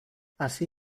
así